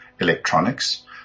electronics